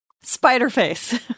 Spider-face